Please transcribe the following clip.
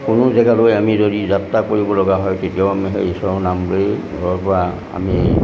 কোনো জেগালৈ আমি যদি যাত্ৰা কৰিবলগা হয় তেতিয়াও আমি সেই ঈশ্বৰৰ নাম লৈয়ে ঘৰৰ পৰা আমি